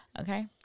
Okay